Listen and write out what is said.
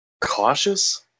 cautious